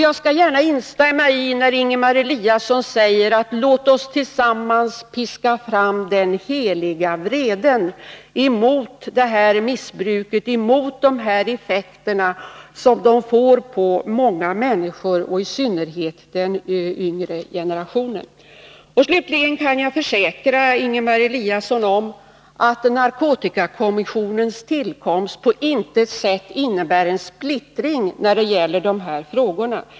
Jag kan gärna instämma i Ingemar Eliassons vädjan om att vi tillsammans skall piska fram den heliga vreden mot missbruket och mot dess effekter på många människor, i synnerhet då på den yngre generationen. Jag kan försäkra Ingemar Eliasson att narkotikakommissionens tillkomst på intet sätt innebär en splittring när det gäller de här frågorna.